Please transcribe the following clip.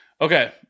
Okay